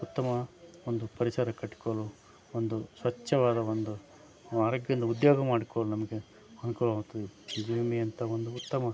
ಉತ್ತಮ ಒಂದು ಪರಿಸರ ಕಟ್ಟಿಕೊಳ್ಳೋ ಒಂದು ಸ್ವಚ್ಛವಾದ ಒಂದು ಹರಕೆಯಿಂದ ಉದ್ಯೋಗ ಮಾಡಿಕೊ ನಮಗೆ ಅನುಕೂಲವಾಗ್ತದೆ ಜೀವ ವಿಮೆ ಅಂತ ಒಂದು ಉತ್ತಮ